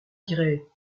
dirait